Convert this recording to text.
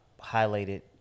highlighted